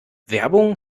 werbung